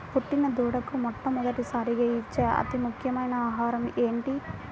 పుట్టిన దూడకు మొట్టమొదటిసారిగా ఇచ్చే అతి ముఖ్యమైన ఆహారము ఏంటి?